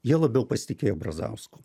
jie labiau pasitikėjo brazausku